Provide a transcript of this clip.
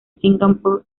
singapore